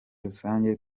rusange